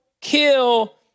kill